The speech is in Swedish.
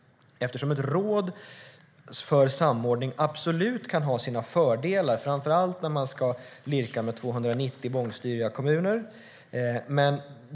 Ett råd för samordning kan absolut ha sina fördelar, framför allt när man ska lirka med 290 bångstyriga kommuner.